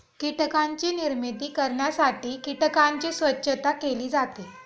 कीटकांची निर्मिती करण्यासाठी कीटकांची स्वच्छता केली जाते